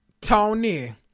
Tony